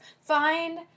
find